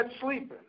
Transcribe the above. sleeping